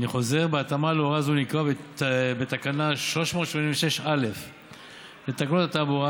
אני חוזר: בהתאמה להוראה זו נקבע בתקנה 386א לתקנות התעבורה,